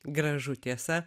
gražu tiesa